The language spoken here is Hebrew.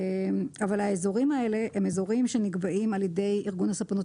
אבל האזורים האלה הם אזורים שארגון הספנות